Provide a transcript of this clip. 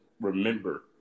remember